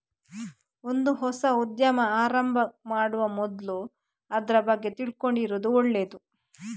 ಒಂದು ಹೊಸ ಉದ್ಯಮ ಆರಂಭ ಮಾಡುವ ಮೊದ್ಲು ಅದ್ರ ಬಗ್ಗೆ ತಿಳ್ಕೊಂಡಿರುದು ಒಳ್ಳೇದು